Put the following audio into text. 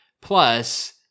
plus